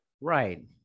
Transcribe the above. right